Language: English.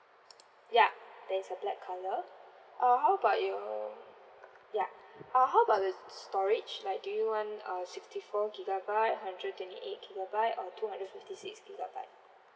ya there is a black colour uh how about your ya uh how about the storage like do you want uh sixty four gigabyte hundred twenty eight gigabyte or two hundred fifty six gigabyte